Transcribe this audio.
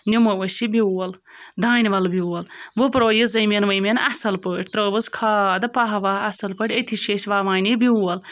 نِمو أسۍ یہِ بیول دانہِ وَل بیول وُپروو یہِ زٔمیٖن ؤمیٖن اَصٕل پٲٹھۍ ترٛٲوٕس کھاد پَہہ وَہ اَصٕل پٲٹھۍ أتھی چھِ أسۍ وَوان یہِ بیول